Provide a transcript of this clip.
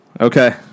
Okay